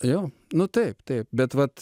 jo nu taip taip bet vat